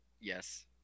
Yes